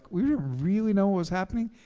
we didn't really know what was happening.